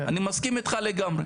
אני מסכים איתך לגמרי.